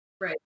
Right